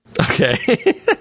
Okay